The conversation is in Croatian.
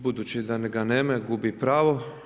Budući da ga nema, gubi pravo.